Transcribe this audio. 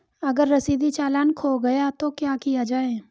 अगर रसीदी चालान खो गया तो क्या किया जाए?